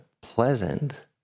pleasant